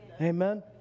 Amen